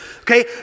okay